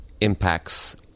impacts